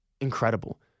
incredible